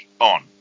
on